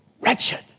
Wretched